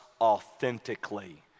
authentically